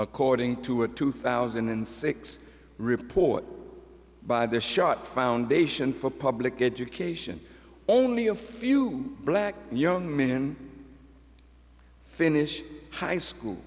according to a two thousand and six report by the schott foundation for public education only a few black young men finish high school